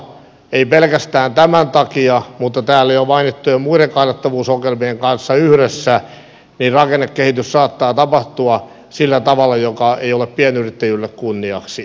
ei pelkästään tämän takia mutta täällä jo mainittujen muiden kannattavuusongelmien kanssa yhdessä rakennekehitys saattaa tapahtua sillä tavalla joka ei ole pienyrittäjille kunniaksi